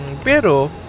pero